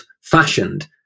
fashioned